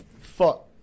fuck